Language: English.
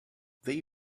they